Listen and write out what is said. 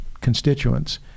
constituents